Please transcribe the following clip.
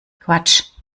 quatsch